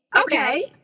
Okay